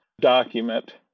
document